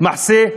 מחסה,